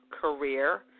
Career